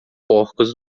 porcos